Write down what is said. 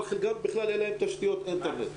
אבל חלקם בכלל אין להם תשתיות אינטרנט.